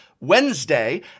Wednesday